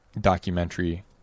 documentary